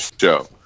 show